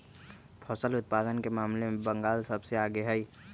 फसल उत्पादन के मामले में बंगाल सबसे आगे हई